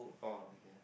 oh okay